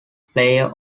player